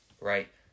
right